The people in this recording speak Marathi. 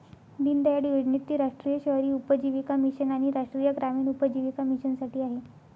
दीनदयाळ योजनेत ती राष्ट्रीय शहरी उपजीविका मिशन आणि राष्ट्रीय ग्रामीण उपजीविका मिशनसाठी आहे